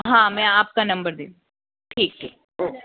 हाँ मैं आपका नंबर दे ठीक ठीक ओके